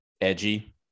edgy